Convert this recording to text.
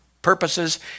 purposes